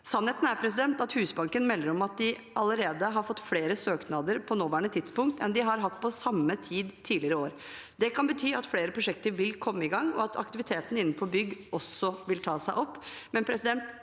Sannheten er at Husbanken melder om at de allerede har fått flere søknader på nåværende tidspunkt enn de har hatt på samme tid tidligere år. Det kan bety at flere prosjekter vil komme i gang, og at aktiviteten innenfor bygg også vil ta seg opp.